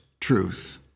truth